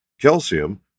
Calcium